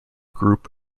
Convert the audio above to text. group